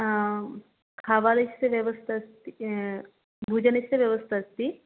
आं कवलस्य व्यवस्था अस्ति भोजनस्य व्यवस्था अस्ति